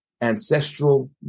ancestral